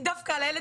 היא דפקה לילד,